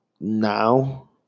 now